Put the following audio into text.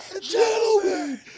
Gentlemen